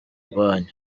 rwanyu